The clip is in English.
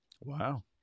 Wow